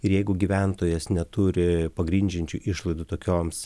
ir jeigu gyventojas neturi pagrindžiančių išlaidų tokioms